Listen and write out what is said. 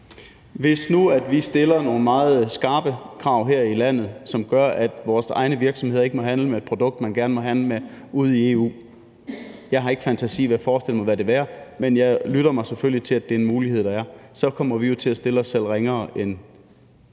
i landet stiller nogle meget skarpe krav, som gør, at vores egne virksomheder ikke må handle med et produkt, som man gerne må handle med i EU – jeg har ikke fantasi til at forestille mig, hvad det måtte være, men jeg lytter mig selvfølgelig til, at det er en mulighed, der er – så kommer vi jo til at stille os selv ringere end